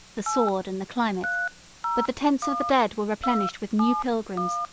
the sword and the climate but the tents of the dead were replenished with new pilgrims,